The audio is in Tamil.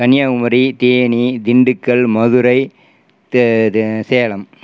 கன்னியாகுமரி தேனி திண்டுக்கல் மதுரை சேலம்